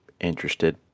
interested